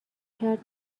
کرد